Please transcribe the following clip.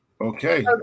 okay